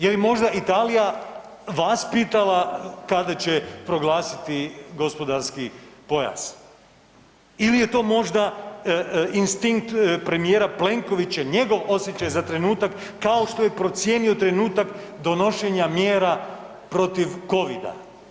Je li možda Italija vas pitala kada će proglasiti gospodarski pojas ili je to možda instinkt premijer Plenkovića njegov osjećaj za trenutak kao što je procijenio trenutak donošenja mjera protiv covida.